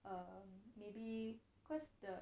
uh maybe cause the